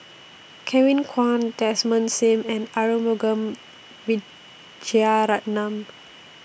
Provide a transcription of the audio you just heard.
Kevin Kwan Desmond SIM and Arumugam Vijiaratnam